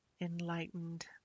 enlightened